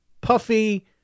puffy